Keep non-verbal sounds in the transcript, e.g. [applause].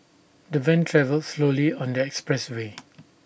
the van travelled slowly on the expressway [noise]